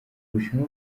bushinwa